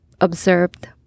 observed